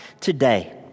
today